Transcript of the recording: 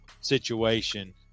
situation